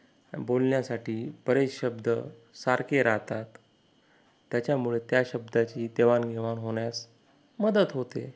बोलण्यासाठी बरेच शब्द सारके राहतात त्याच्यामुळे त्या शब्दाची देवाणघेवाण होण्यास मदत होते